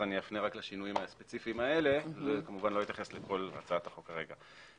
אני אפנה אליהם ולא אתייחס לכל הצעת החוק כרגע.